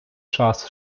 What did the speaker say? час